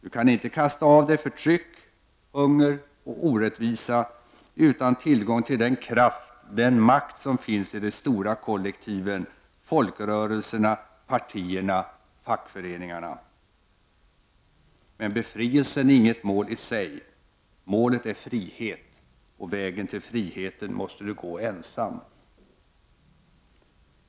Du kan inte kasta av dig förtryck, hunger och orättvisa utan tillgång till den kraft, den makt som finns i de stora kollektiven, folkrörelserna, partierna, fackföreningarna. Men befrielsen är inget mål i sig: målet är frihet. Och vägen till friheten måste du gå ensam.